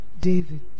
David